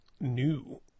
new